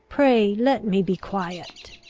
pray let me be quiet.